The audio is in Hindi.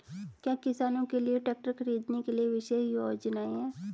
क्या किसानों के लिए ट्रैक्टर खरीदने के लिए विशेष योजनाएं हैं?